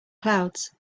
clouds